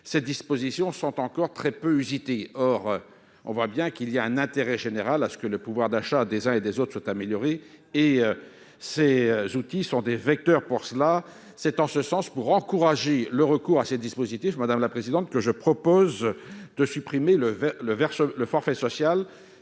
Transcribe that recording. -ces dispositions sont encore très peu usitées. Or on voit bien qu'il serait conforme à l'intérêt général que le pouvoir d'achat des uns et des autres soit amélioré, et ces outils sont des vecteurs intéressants pour agir en ce sens. Ainsi, pour encourager le recours à ces dispositifs, je propose de supprimer le forfait social